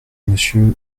monsieur